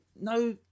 No